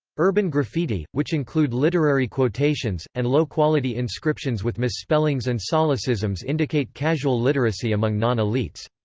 urban graffiti, which include literary quotations, and low-quality inscriptions with misspellings and solecisms indicate casual literacy among non-elites.